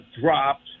dropped